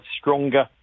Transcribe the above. stronger